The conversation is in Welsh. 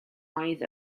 oedd